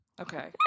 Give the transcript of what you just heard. okay